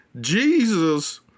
Jesus